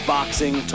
Boxing